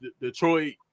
Detroit